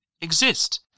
exist